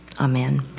Amen